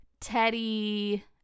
Teddy